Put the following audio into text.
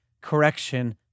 correction